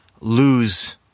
lose